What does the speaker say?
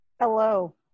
Hello